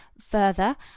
further